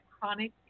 chronic